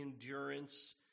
endurance